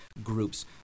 groups